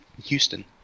Houston